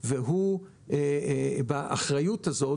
והוא באחריות הזאת,